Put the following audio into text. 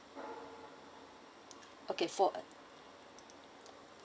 okay four